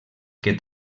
que